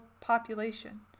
population